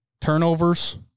turnovers